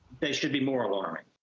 they should be more alarming.